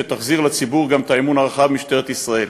שתחזיר לציבור גם את האמון הרחב במשטרת ישראל.